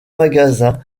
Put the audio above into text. magasins